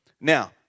Now